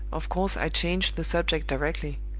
of course, i changed the subject directly.